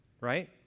right